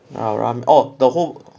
ramen oh the hook